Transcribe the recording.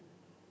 don't know